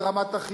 זה רמת החינוך,